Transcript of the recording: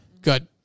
Good